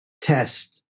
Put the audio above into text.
test